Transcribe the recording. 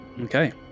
Okay